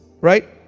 right